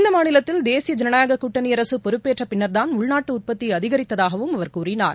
இந்த மாநிலத்தில் தேசிய ஜனநாயகக் கூட்டணி அரசு பொறுப்பேற்ற பின்னா்தான் உள்நாட்டு உற்பத்தி அதிகரித்ததாகவும் அவர் கூறினார்